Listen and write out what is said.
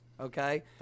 Okay